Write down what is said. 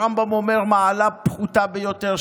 הרמב"ם אומר: מעלה פחותה ביותר,